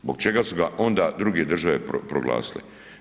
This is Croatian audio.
Zbog čega su ga onda druge države proglasile?